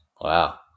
Wow